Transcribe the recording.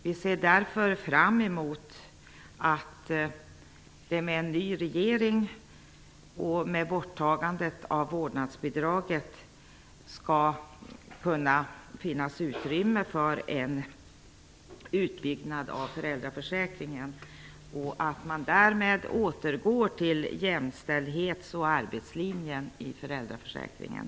Vi ser därför fram emot att det med en ny regering och med borttagandet av vårdnadsbidraget skall kunna finnas utrymme för en utbyggnad av föräldraförsäkringen och att man därmed återgår till jämställdhets och arbetslinjen i föräldraförsäkringen.